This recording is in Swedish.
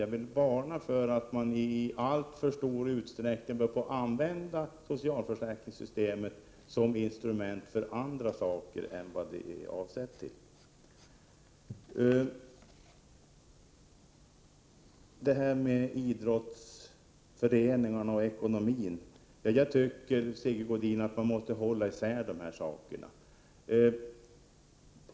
Jag vill dock varna för att i alltför stor utsträckning börja använda socialförsäkringssystemet som instrument i andra sammanhang än vad det är avsett till. Sigge Godin, jag tycker man skall hålla isär begreppen när det gäller idrottsföreningarnas ekonomi.